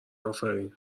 افرین